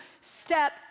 step